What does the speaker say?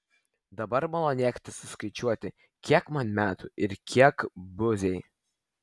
dabar malonėkite suskaičiuoti kiek man metų ir kiek buziai